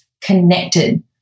connected